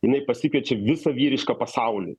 jinai pasikviečia visą vyrišką pasaulį